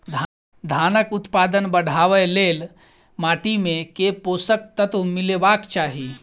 धानक उत्पादन बढ़ाबै लेल माटि मे केँ पोसक तत्व मिलेबाक चाहि?